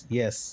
yes